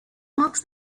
marks